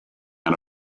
and